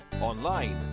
online